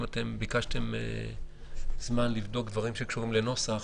אחרי סעיף קטן (ב) יבוא: "(ב1)(1)